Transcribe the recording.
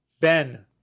Ben